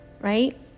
right